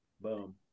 Boom